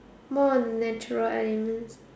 more on natural elements